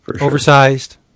Oversized